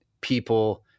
people